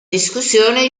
discussione